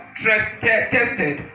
tested